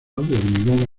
hormigón